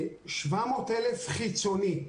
700,000 חיצוני,